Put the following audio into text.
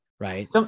Right